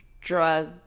drug